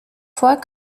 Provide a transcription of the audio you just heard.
fois